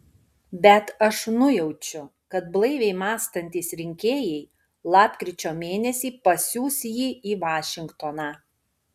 bet aš nujaučiu kad blaiviai mąstantys rinkėjai lapkričio mėnesį pasiųs jį į vašingtoną